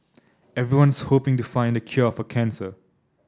everyone's hoping to find the cure for cancer